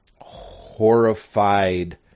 horrified